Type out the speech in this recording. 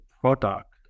product